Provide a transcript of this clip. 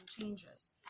changes